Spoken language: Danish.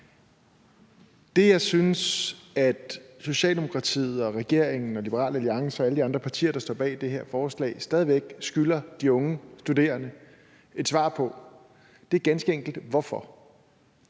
Det, jeg synes Socialdemokratiet, regeringen, Liberal Alliance og alle de andre partier, der står bag det her forslag, stadig væk skylder de unge studerende et svar på, er ganske enkelt: Hvorfor?